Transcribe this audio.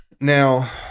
Now